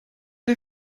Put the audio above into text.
der